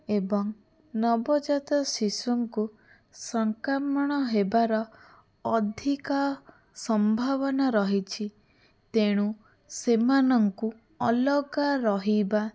ଏବଂ ନବଜାତ ଶିଶୁଙ୍କୁ ସଂକ୍ରମଣ ହେବାର ଅଧିକା ସମ୍ଭାବନା ରହିଛି ତେଣୁ ସେମାନଙ୍କୁ ଅଲଗା ରହିବା